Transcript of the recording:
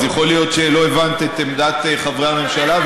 אז יכול להיות שלא הבנת את עמדת חברי הממשלה,